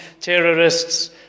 terrorists